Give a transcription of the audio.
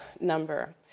number